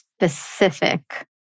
Specific